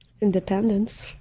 Independence